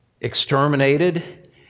exterminated